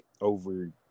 over